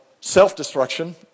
self-destruction